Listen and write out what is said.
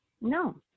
No